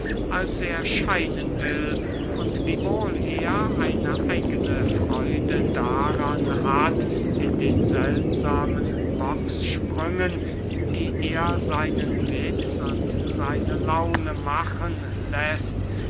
als er scheinen will und wiewohl er eine eigene freude daran hat in den seltsamen bockssprüngen die er seinen witz und seine laune machen läßt